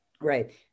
Right